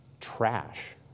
trash